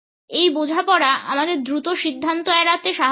এই বোঝাপড়া আমাদের দ্রুত সিদ্ধান্ত এড়াতে সাহায্য করে